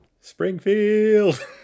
Springfield